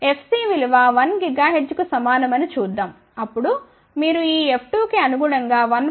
Fcవిలువ 1 GHz కు సమానమని చూద్దాంఅప్పుడు మీరు ఈ f2కి అనుగుణంగా 1